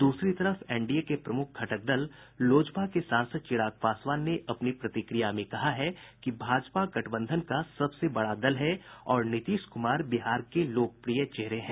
दूसरी तरफ एनडीए के प्रमुख घटक दल लोजपा के सांसद चिराग पासवान ने अपनी प्रतिक्रिया में कहा है कि भाजपा गठबंधन का सबसे बड़ा दल है और नीतीश कुमार बिहार के लोकप्रिय चेहरे हैं